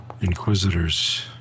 inquisitors